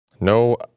No